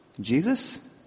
Jesus